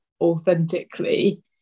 authentically